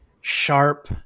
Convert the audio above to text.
Sharp